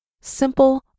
simple